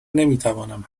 نمیتوانم